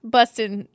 Busting